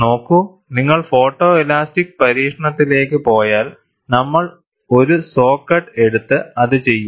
നോക്കു നിങ്ങൾ ഫോട്ടോലാസ്റ്റിക് പരീക്ഷണത്തിലേക്ക് പോയാൽ നമ്മൾ ഒരു സോ കട്ട് എടുത്ത് അത് ചെയ്യും